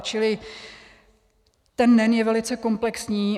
Čili ten NEN je velice komplexní.